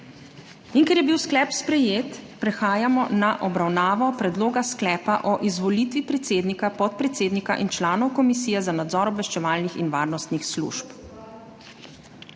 Ker je bil sklep sprejet, prehajamo na obravnavo Predloga sklepa o izvolitvi predsednika, podpredsednika in članov Komisije za nadzor obveščevalnih in varnostnih služb.